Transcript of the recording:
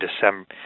December